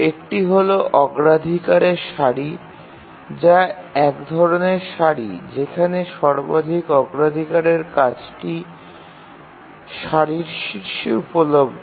একটি হল অগ্রাধিকারের সারি যা এক ধরণের সারি যেখানে সর্বাধিক অগ্রাধিকারের কাজটি সারির শীর্ষে উপলব্ধ